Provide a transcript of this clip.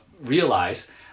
realize